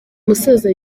musaza